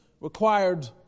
required